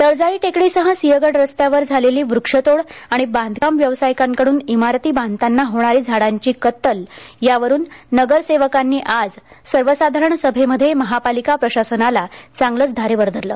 तळजाई टेकडीसह सिंहगड रस्त्यावर झालेली व्रक्षतोड आणि बांधकाम व्यावसायिकांकडून इमारती बांधताना होणारी झाडांची कत्तल यावरून नगरसेवकांनी आज सर्वसाधारण सभेमध्ये महापालिका प्रशासनाला चांगलेच धारेवर धरले